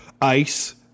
ice